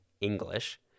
English